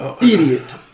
Idiot